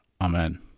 Amen